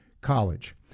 College